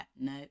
no